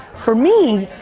for me,